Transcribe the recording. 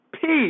peace